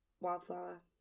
Wildflower